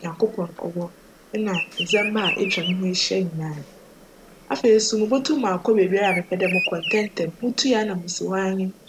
Nyankopcn cwc na ndzjmba a etwa noho ehyia nyinara. Afei so, mobotum akc beebiara mepj dj mokc ntsjm ntsjm, mutui ara na mesi hc.